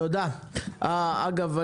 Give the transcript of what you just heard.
אגב,